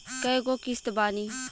कय गो किस्त बानी?